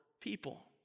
people